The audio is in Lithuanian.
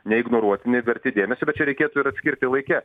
neignoruotini verti dėmesio bet čia reikėtų ir atskirti laike